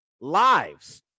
lives